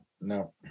no